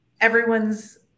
everyone's